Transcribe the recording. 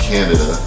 Canada